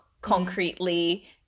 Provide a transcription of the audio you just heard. concretely